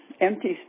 empty